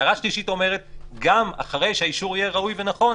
הערה שלישית אומרת גם אחרי שהאישור יהיה ראוי ונכון,